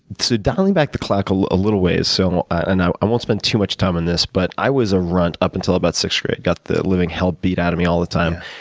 so dialing back the clock ah a little ways. so and i i won't spend too much time on this, but i was a runt up until about sixth grade. i got the living hell beat out of me all the time.